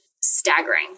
staggering